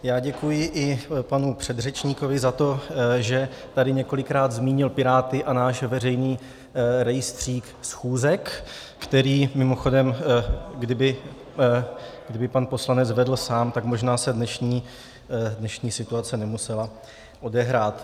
Já děkuji i panu předřečníkovi za to, že tady několikrát zmínil Piráty a náš veřejný rejstřík schůzek, který mimochodem kdyby pan poslanec vedl sám, tak možná se dnešní situace nemusela odehrát.